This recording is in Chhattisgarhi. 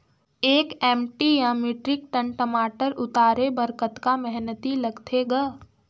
एक एम.टी या मीट्रिक टन टमाटर उतारे बर कतका मेहनती लगथे ग?